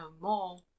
more